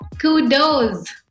kudos